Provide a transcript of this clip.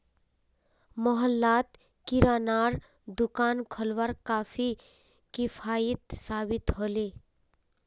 मोहल्लात किरानार दुकान खोलवार काफी किफ़ायती साबित ह ले